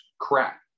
crap